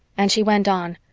and she went on,